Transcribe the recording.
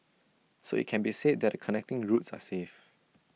so IT can be said that the connecting routes are safe